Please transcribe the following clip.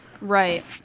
right